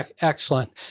excellent